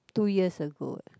two years ago